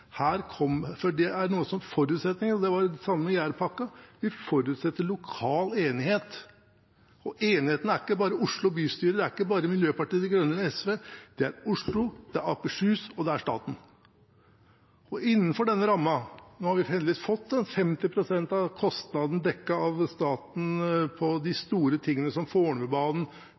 det samme som med Jærpakken – lokal enighet. Og enigheten er ikke bare Oslo bystyre, det er ikke bare Miljøpartiet De Grønne eller SV – det er Oslo, det er Akershus, og det er staten. Vi har heldigvis fått dekket av staten 50 pst. av kostnadene for de store tingene, som Fornebubanen, T-banetunnelen i Oslo – som kommer – og Ahusbanen. Det er store prosjekter hver for seg, der staten skal bidra med